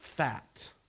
Fat